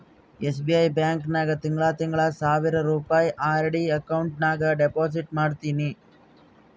SBI bank ನಾಗ್ ತಿಂಗಳಾ ತಿಂಗಳಾ ಸಾವಿರ್ ರುಪಾಯಿ ಆರ್.ಡಿ ಅಕೌಂಟ್ ನಾಗ್ ಡೆಪೋಸಿಟ್ ಮಾಡ್ತೀನಿ